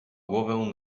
głowę